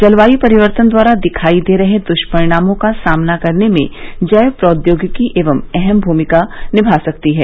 जलवायु परिवर्तन द्वारा दिखाई दे रहे दुष्परिणामों का सामना करने में जैव प्रौद्योगिकी एक अहम भूमिका निभा सकती है